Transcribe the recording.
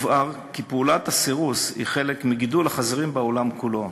יובהר כי פעולת הסירוס היא חלק מגידול החזירים בעולם כולו.